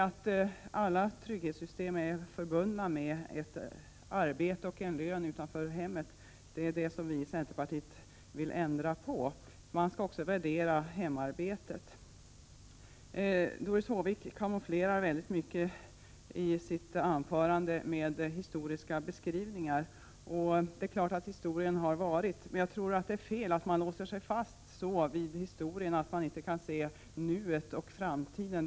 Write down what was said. Att alla trygghetssystem är förbundna med arbete och lön utanför hemmet är det som vi i centerpartiet vill ändra på. Man skall också värdera hemarbetet. Doris Håvik kamouflerar mycket i sitt anförande med historiska beskrivningar. Det är klart att historien är något som har varit, men jag tror det är fel att låsa sig så fast vid historien att man inte kan se nuet och framtiden.